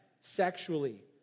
sexually